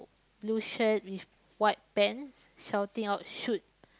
blue shirt with white pant shouting out shoot